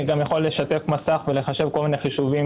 אני גם יכול לשתף מסך ולחשב כל מיני חישובים